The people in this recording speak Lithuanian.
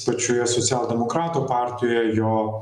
pačioje socialdemokratų partijoje jo